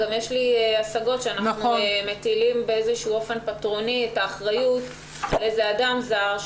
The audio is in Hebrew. יש לי השגות שאנחנו מטילים באופן פטרוני את האחריות על אדם זר,